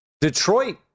Detroit –